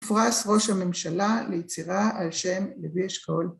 מפרס ראש הממשלה ליצירה על שם לוי אשכול.